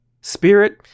Spirit